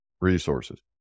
resources